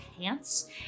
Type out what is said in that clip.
pants